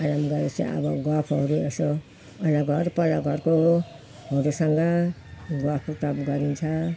आराम गरे पछि अब गफहरू यसो वल्लो घर पल्लो घरकाहरूसँग गफ सफ गरिन्छ